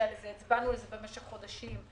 הצבענו על זה במשך חודשים.